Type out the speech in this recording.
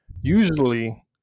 usually